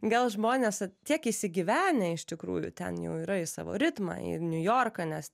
gal žmonės tiek įsigyvenę iš tikrųjų ten jau yra į savo ritmą į niujorką nes